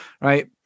Right